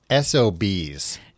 SOBs